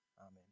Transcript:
Amen